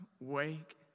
Wake